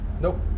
Nope